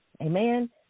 Amen